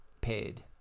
paid